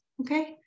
okay